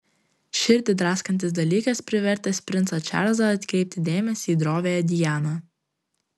širdį draskantis dalykas privertęs princą čarlzą atkreipti dėmesį į droviąją dianą